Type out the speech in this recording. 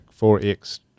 4X